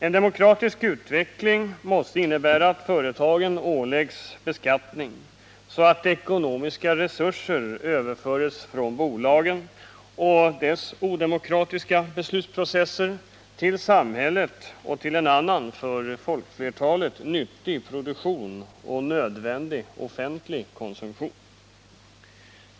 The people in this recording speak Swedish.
En demokratisk utveckling måste innebära att företagen åläggs beskattning, så att ekonomiska resurser överförs från bolagen och dess odemokratiska beslutsprocesser till samhället och till en annan, för folkflertalet nyttig produktion och till nödvändig offentlig konsumtion.